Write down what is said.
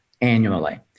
annually